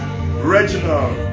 Reginald